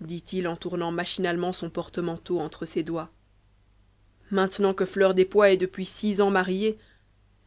dit-il en tournant machinalement son porte-manteau entre ses doigts maintenant que fleur des pois est depuis six ans mariée